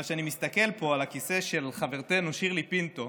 אבל כשאני מסתכל פה על הכיסא של חברתנו שירלי פינטו,